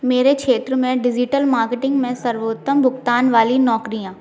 मेरे क्षेत्र में डिजिटल मार्केटिंग में सर्वोत्तम भुगतान वाली नौकरियाँ